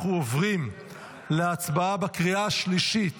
אנחנו עוברים להצבעה בקריאה השלישית